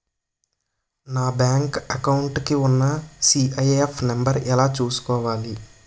నా bank account కి ఉన్న సి.ఐ.ఎఫ్ నంబర్ ఎలా చూసుకోవాలి?